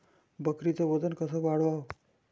बकरीचं वजन कस वाढवाव?